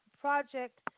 project